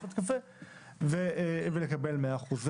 לשתות קפה ולקבל 100% דמי אבטלה.